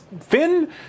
Finn